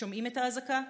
שומעים את האזעקה?